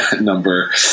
number